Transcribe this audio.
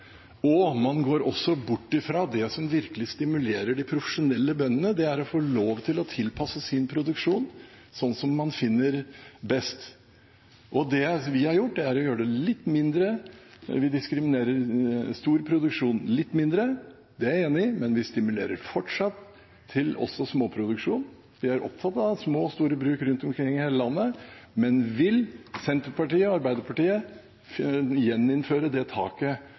og man går også bort fra det som virkelig stimulerer de profesjonelle bøndene, nemlig å få lov til å tilpasse sin produksjon sånn som man finner best. Det vi har gjort, er å diskriminere stor produksjon litt mindre, det er jeg enig i, men vi stimulerer fortsatt til småproduksjon også – vi er opptatt av små og store bruk rundt omkring i hele landet. Men vil Senterpartiet og Arbeiderpartiet gjeninnføre det taket